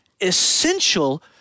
essential